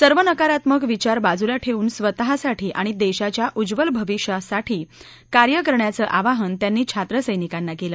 सर्व नकारात्मक विचार बाजूला ठेऊन स्वतःसाठी आणि देशाच्या उज्वल भवितव्यासाठी कार्य करण्याचं आवाहन त्यांनी छात्रसैनिकांना केलं